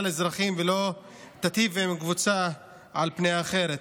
האזרחים ולא תיטיב עם קבוצה על פני האחרת.